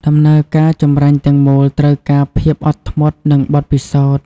ដំណើរការចម្រាញ់ទាំងមូលត្រូវការភាពអត់ធ្មត់ និងបទពិសោធន៍។